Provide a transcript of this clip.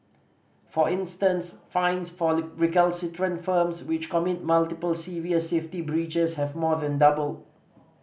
for instance fines for recalcitrant firms which commit multiple serious safety breaches have more than doubled